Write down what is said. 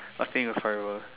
nothing is forever